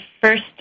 first